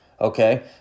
okay